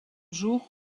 jours